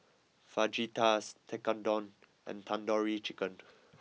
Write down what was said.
Fajitas Tekkadon and Tandoori Chicken